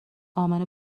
امنه